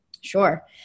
Sure